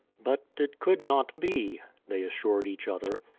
but it could not be, they assured each other.